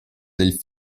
del